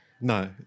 no